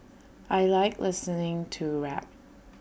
I Like listening to rap